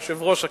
היושב-ראש כעת,